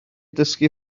dysgu